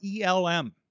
ELM